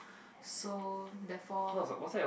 so therefore